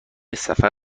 سفر